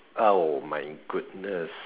oh my goodness